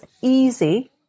easy